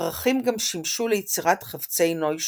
פרחים גם שימשו ליצירת חפצי נוי שונים,